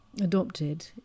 adopted